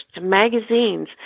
magazines